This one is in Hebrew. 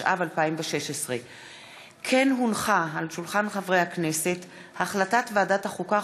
התשע"ו 2016. החלטת ועדת החוקה,